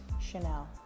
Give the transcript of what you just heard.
Chanel